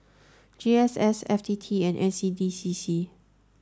G S S F T T and N C D C C